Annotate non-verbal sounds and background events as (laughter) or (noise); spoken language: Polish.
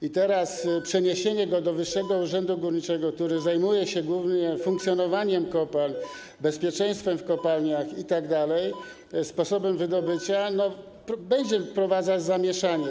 I teraz (noise) przeniesienie go do Wyższego Urzędu Górniczego, który zajmuje się głównie funkcjonowaniem kopalń, bezpieczeństwem w kopalniach itd., sposobem wydobycia, będzie wprowadzać zamieszanie.